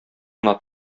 кына